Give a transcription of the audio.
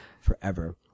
forever